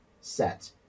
set